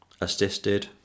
assisted